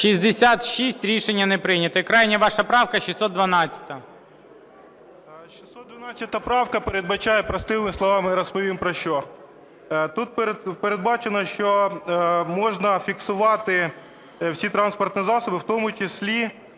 За-66 Рішення не прийнято. І крайня ваша правка - 612. 13:23:58 КАЧУРА О.А. 612 правка передбачає, простими словами розповім про що. Тут передбачено, що можна фіксувати всі транспортні засоби, в тому числі